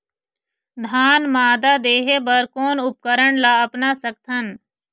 धान मादा देहे बर कोन उपकरण ला अपना सकथन?